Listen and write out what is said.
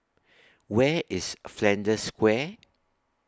Where IS Flanders Square